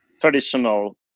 traditional